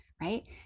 right